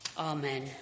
Amen